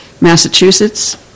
Massachusetts